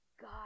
God